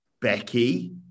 Becky